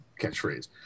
catchphrase